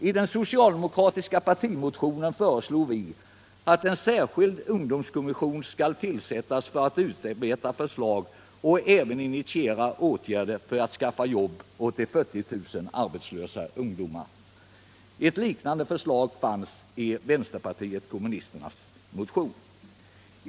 I den socialdemokratiska partimotionen föreslår vi att en särskild ungdomskommission skall tillsättas för att utarbeta förslag och initiera åtgärder för att skaffa jobb åt de 40 000 arbetslösa ungdomarna. Ett liknande förslag finns i vpk:s motion.